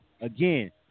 again